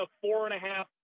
four-and-a-half